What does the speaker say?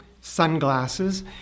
sunglasses